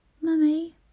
Mummy